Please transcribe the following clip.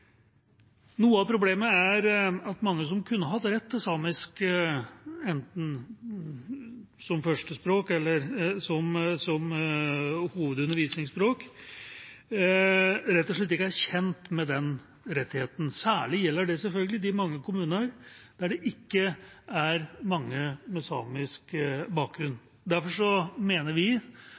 Noe av problemet er at mange som kunne hatt rett til samisk enten som førstespråk eller som hovedundervisningsspråk, rett og slett ikke er kjent med denne rettigheten. Særlig gjelder det selvfølgelig de mange kommunene der det ikke er mange med samisk bakgrunn. Derfor mener vi